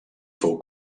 fou